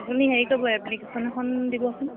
আপুনি হেৰি কৰিব এপ্লিকেশ্যন এখন দিবচোন